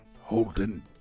Holden